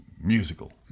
musical